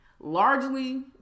largely